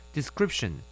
Description